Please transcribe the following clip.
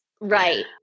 Right